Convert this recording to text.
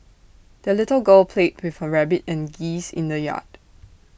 the little girl played with her rabbit and geese in the yard